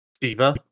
Diva